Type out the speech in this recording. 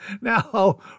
Now